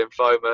lymphoma